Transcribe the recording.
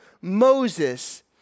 Moses